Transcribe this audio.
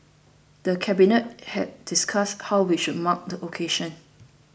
the Cabinet had discussed how we should mark the occasion